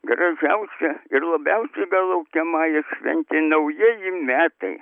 gražiausia ir labiausiai belaukiama i šventė naujieji metai